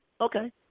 Okay